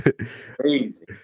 crazy